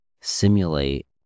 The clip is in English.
simulate